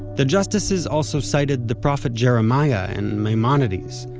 the justices also cited the prophet jeremiah and maimonides,